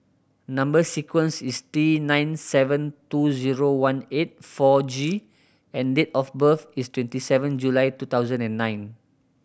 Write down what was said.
number sequence is T nine seven two zero one eight four G and date of birth is twenty seven July two thousand and nine